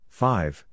five